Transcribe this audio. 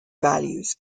values